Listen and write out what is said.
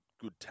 good